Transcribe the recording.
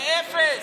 זה אפס.